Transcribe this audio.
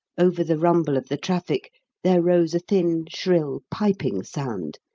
over the rumble of the traffic there rose a thin, shrill piping sound,